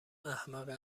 احمقه